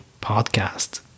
podcast